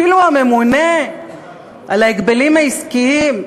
אפילו הממונה על ההגבלים העסקיים,